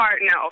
no